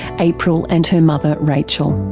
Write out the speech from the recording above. april and her mother rachel.